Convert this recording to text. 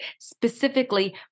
specifically